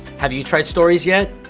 have you tried stories yet?